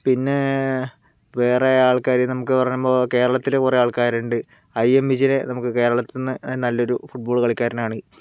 പിന്നേ വേറെ ആൾക്കാർ നമുക്ക് പറയുമ്പോൾ കേരളത്തിൽ കുറേ ആൾക്കാരുണ്ട് ഐ എം വിജയനെ നമുക്ക് കേരളത്തിൽ നിന്ന് നല്ലൊരു ഫുട്ബോൾ കളിക്കാരനാണ്